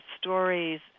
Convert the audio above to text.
stories